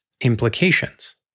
implications